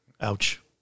Ouch